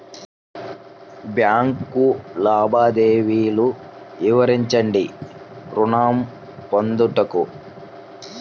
Bank లావాదేవీలు వివరించండి ఋణము పొందుటకు?